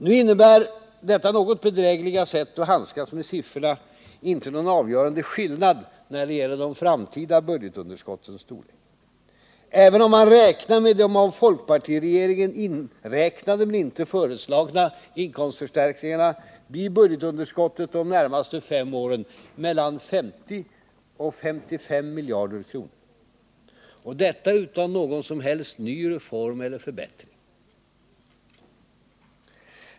Nu innebär detta något bedrägliga sätt att handskas med siffrorna inte någon avgörande skillnad när det gäller de framtida budgetunderskottens storlek. Även om man räknar med de av folkpartiregeringen inräknade men inte föreslagna inkomstförstärkningarna blir budgetunderskottet de närmaste fem åren mellan 50 och 55 miljarder kronor — och detta utan någon som helst ny reform eller förbättring.